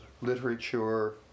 literature